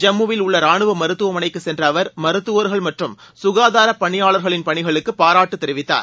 ஜம்முவில் உள்ள ரானுவ மருத்துவமனைக்குச் சென்ற அவர் மருத்துவர்கள் மற்றும் சுகாதாரப் பணியாளர்களின் பணிகளுக்குப் பாராட்டுத் தெரிவித்தார்